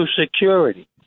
Security